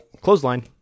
clothesline